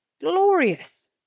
glorious